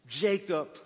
Jacob